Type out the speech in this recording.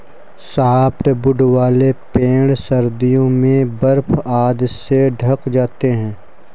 softwood वाले पेड़ सर्दियों में बर्फ आदि से ढँक जाते हैं